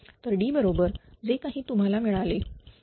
तर D बरोबर जे काही तुम्हाला मिळाले